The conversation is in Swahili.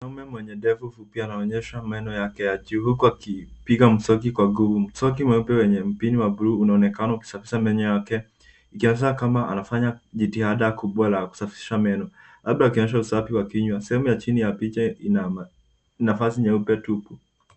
Mwanaume mwenye ndevu fupi anaonyesha meno yake ya juu huku akipiga mswaki kwa nguvu. Mswaki mweupe wenye mpini wa bluu unaonekana ukisafisha meno yake ikonyesha kama anafanya jitihada kubwa la kusafisha meno labda akionyesha usafi wa kinywa. Sehemu ya chini ya picha ina nafasi nyeupe tupu.